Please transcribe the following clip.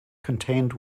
contained